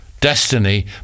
Destiny